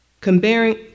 Comparing